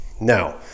Now